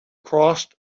crossed